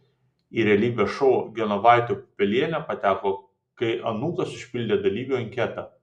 į realybės šou genovaitė pupelienė pateko kai anūkas užpildė dalyvių anketą